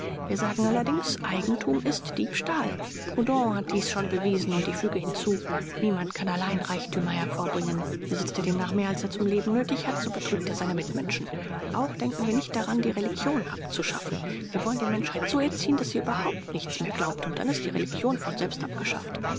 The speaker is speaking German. wir sagen allerdings eigentum ist diebstahl proudhon hat dies schon bewiesen und ich füge hinzu niemand kann allein reichtümer hervorbringen besitzt er demnach mehr als er zum leben nötig hat so betrügt er seine mitmenschen auch denken wir nicht daran die religion abzuschaffen wir wollen die menschheit so erziehen daß sie überhaupt nichts mehr glaubt und dann ist die religion von selbst abgeschafft